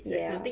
ya